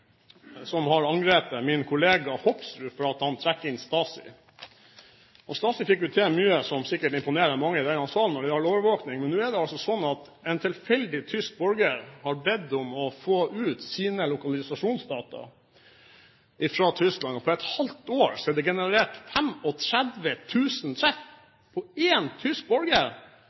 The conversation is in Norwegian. som har angrepet min kollega Hoksrud for at han trekker inn Stasi. Stasi fikk til mye som sikkert imponerer mange i denne salen, når det gjelder overvåkning. Men nå er det sånn at en tilfeldig tysk borger har bedt om å få ut sine lokalisasjonsdata fra Tyskland. På et halvt år er det generert 35 000 treff på én tysk borger. En